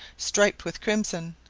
striped with crimson.